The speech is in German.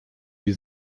die